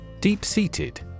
Deep-seated